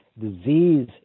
disease